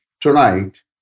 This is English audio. tonight